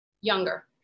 Younger